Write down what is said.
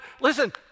listen